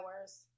hours